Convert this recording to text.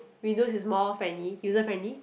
Windows is more friendly user friendly